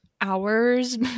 hours